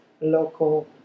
local